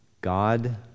God